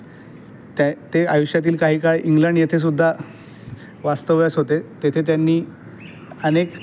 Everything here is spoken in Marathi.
ते ते आयुष्यातील काही काळ इंग्लंड येथेसुद्धा वास्तव्यास होते तेथे त्यांनी अनेक